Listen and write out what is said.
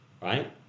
right